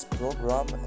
program